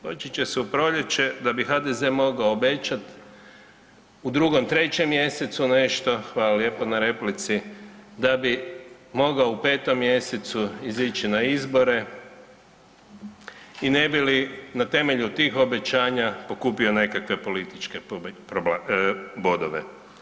Počet će se u proljeće da bi HDZ mogao obećat u 2.-3. mjesecu nešto, hvala lijepo na replici, da bi mogao u 5. mjesecu izići na izbore i ne bi li na temelju tih obećanja pokupio nekakve političke bodove.